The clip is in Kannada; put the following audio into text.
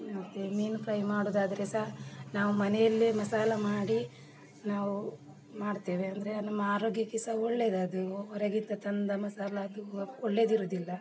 ಮತ್ತು ಮೀನು ಫ್ರೈ ಮಾಡುದಾದರೆ ಸಹ ನಾವು ಮನೆಯಲ್ಲೇ ಮಸಾಲೆ ಮಾಡಿ ನಾವು ಮಾಡ್ತೇವೆ ಅಂದರೆ ನಮ್ಮ ಆರೋಗ್ಯಕ್ಕೆ ಸಹ ಒಳ್ಳೆಯದದು ಹೊರಗಿಂದ ತಂದ ಮಸಾಲೆ ಅದು ಒಳ್ಳೆಯದಿರುದಿಲ್ಲ